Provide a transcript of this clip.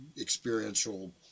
experiential